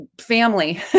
family